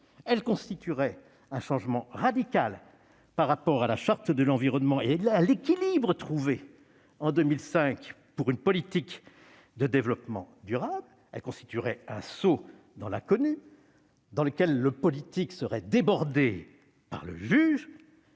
Elle constituerait un changement radical par rapport à la Charte de l'environnement et à l'équilibre trouvé en 2005 pour une politique de développement durable. Ce serait un saut dans l'inconnu, dans lequel le politique serait débordé par le juge.